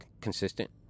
consistent